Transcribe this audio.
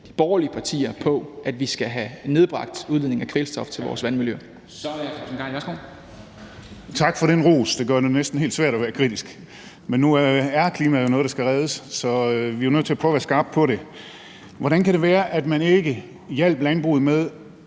Så er det hr. Torsten Gejl, værsgo. Kl. 09:43 Torsten Gejl (ALT): Tak for den ros. Det gør det næsten helt svært at være kritisk. Men nu er klimaet jo noget, der skal reddes, så vi er nødt til at prøve at være skarpe på det. Hvordan kan det være, at man ikke hjalp landbruget med